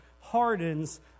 hardens